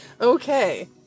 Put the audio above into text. Okay